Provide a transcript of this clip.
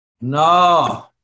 no